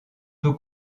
peu